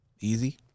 easy